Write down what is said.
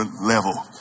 level